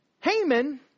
Haman